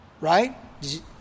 Right